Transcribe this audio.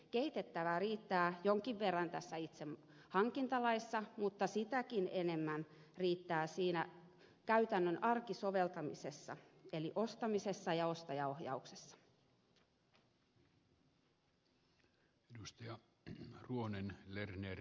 kehitettävää riittää jonkin verran tässä itse hankintalaissa mutta sitäkin enemmän riittää siinä käytännön arkisoveltamisessa eli ostamisessa ja ostajaohjauksessa